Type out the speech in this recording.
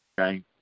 Okay